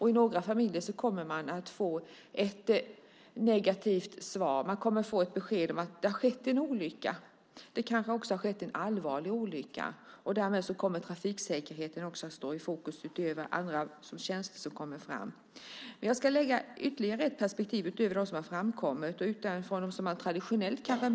I några familjer kommer man att få besked om att det har skett en olycka, kanske också en allvarlig olycka. Därmed kommer trafiksäkerheten också att stå i fokus, utöver de känslor som kommer fram. Jag ska lägga ytterligare ett perspektiv utöver de som har framkommit.